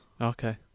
okay